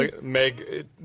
Meg